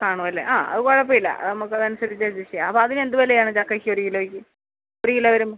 കാണും അല്ലേ ആ അത് കുഴപ്പം ഇല്ല നമുക്ക് അതനുസരിച്ച് അഡ്ജസ്റ്റ് ചെയ്യാം അപ്പം അതിനെന്ത് വിലയാണ് ചക്കയ്ക്ക് ഒരു കിലോക്ക് ഒരു കിലോ വര്